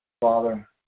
Father